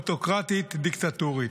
למדינה אוטוקרטית דיקטטורית.